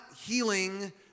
healing